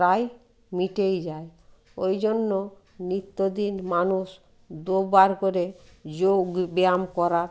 প্রায় মিটেই যায় ওই জন্য নিত্য দিন মানুষ দুবার করে যোগ ব্যায়াম করা